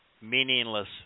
meaningless